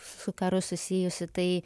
su karu susijusi tai